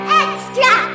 extra